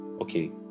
okay